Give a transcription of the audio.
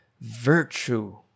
virtue